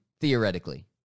theoretically